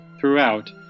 Throughout